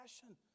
passion